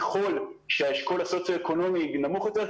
ככל שהאשכול הסוציו אקונומי נמוך יותר,